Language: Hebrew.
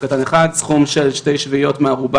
על 24 רשויות,